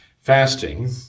fasting